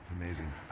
Amazing